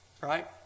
right